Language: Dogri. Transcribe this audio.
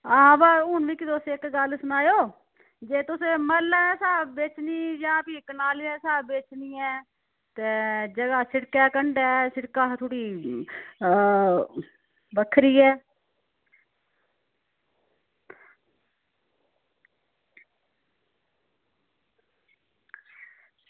आं बाऽ मिगी हून तुस इक्क गल्ल सनायो जे तुसें मरलें दे स्हाब बेचनी ऐ जां कनाली दे स्हाब बेचनी ऐ जगह शिड़कै कंढै ते शिड़कै कशा थोह्ड़ी बक्खरी ऐ